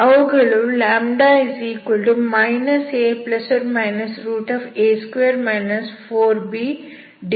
ಅವುಗಳು λ a±a2 4b2 ಆಗಿವೆ